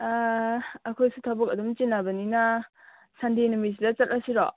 ꯑꯈꯣꯏꯁꯨ ꯊꯕꯛ ꯑꯗꯨꯝ ꯆꯤꯟꯅꯕꯅꯤꯅ ꯁꯟꯗꯦ ꯅꯨꯃꯤꯠꯁꯤꯗ ꯆꯠꯂꯁꯤꯔꯣ